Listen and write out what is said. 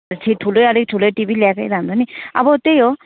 ठि ठुलै अलिक ठुलै टिभी ल्याएकै राम्रो नि अब त्यही हो